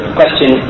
question